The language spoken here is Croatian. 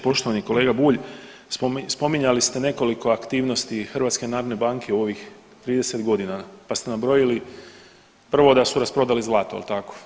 Poštovani kolega Bulj spominjali ste nekoliko aktivnosti HNB u ovih 30 godina, pa ste nabrojili prvo da su rasprodali zlato jel tako.